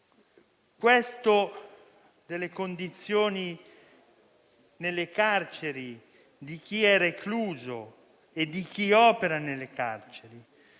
delle condizioni nelle carceri, di chi è recluso e di chi opera nelle carceri